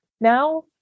Now